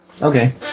Okay